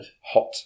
Hot